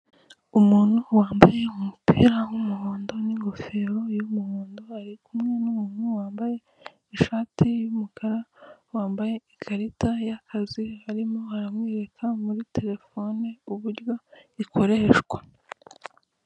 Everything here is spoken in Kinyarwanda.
Umuntu wambaye umupira w'umuhondo ni ngofero y'umuhondo arikumwe n'umuntu wambaye ishati y'umukara, wambaye ikarita y'akazi arimo aramwereka muri terefone uburyo ikoreshwa.